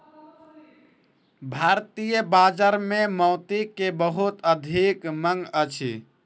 भारतीय बाजार में मोती के बहुत अधिक मांग अछि